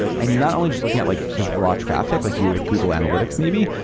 and you're not only just looking at like just raw traffic like you with google analytics maybe.